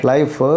Life